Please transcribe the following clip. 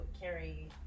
carry